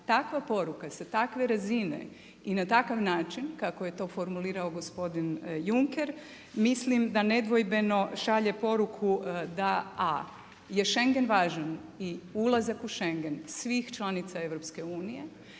takva poruka, sa takve razine i na takav način, kako je to formulirao gospodin Juncker, mislim da nedvojbeno šalje poruku da je Schengen važan i ulazak u Schengen svih članica EU-a,